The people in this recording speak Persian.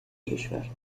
کشور